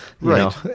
right